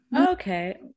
okay